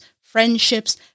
friendships